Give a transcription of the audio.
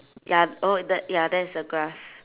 ya oh the ya that's the grass